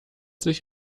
sich